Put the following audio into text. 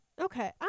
Okay